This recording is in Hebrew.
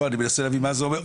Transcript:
אני מנסה להבין מה זה אומר,